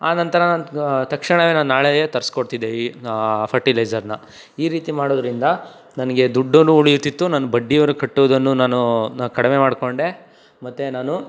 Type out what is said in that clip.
ಆ ನಂತರ ಗ ತಕ್ಷಣವೇ ನಾನು ನಾಳೆಯೇ ತರಿಸ್ಕೊಡ್ತಿದ್ದೆ ಈ ಫರ್ಟಿಲೈಝರ್ನ ಈ ರೀತಿ ಮಾಡೋದರಿಂದ ನನಗೆ ದುಡ್ಡೂ ಉಳಿಯುತಿತ್ತು ನನ್ನ ಬಡ್ಡಿಯವ್ರಿಗೆ ಕಟ್ಟೋದನ್ನು ನಾನು ನಾನು ಕಡಿಮೆ ಮಾಡಿಕೊಂಡೆ ಮತ್ತೆ ನಾನು